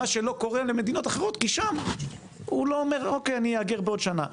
מה שלא קורה במדינות אחרות כי שם הוא לא אומר אוקי אני אהגר בעוד שנה,